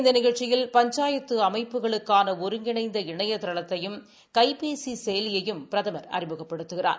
இந்த நிகழ்ச்சியில் பஞ்சாயத்து அமைப்புகளுக்கான ஒருங்கிணைந்த இணையதளத்தையும் கைபேசி செயலியையும் பிரதமர் அறிமுகப்படுத்துகிறார்